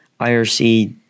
IRC